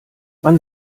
man